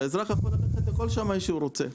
שהאזרח יכול ללכת לכל שמאי שהוא רוצה.